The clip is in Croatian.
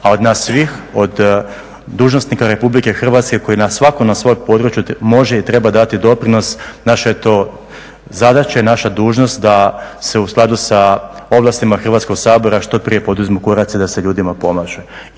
a od nas svih, od dužnosnika RH koji svako na svom području može i treba dati doprinos, naša je to zadaća i naša dužnost da se u skladu sa ovlastima Hrvatskog sabora što prije poduzmu koraci da se ljudima pomaže.